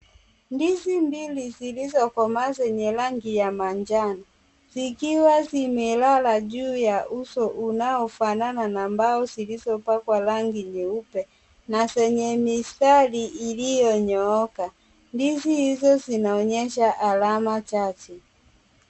Ndizi mbili zilizokomaa zenye rangi ya manjano zikiwa zimelala juu ya uso unaofanana na mbao zilizopakwa rangi nyeupe, na zenye mistari iliyonyooka. Ndizi hizo zinaonyesha alama chache.